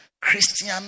Christian